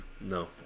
No